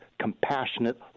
compassionate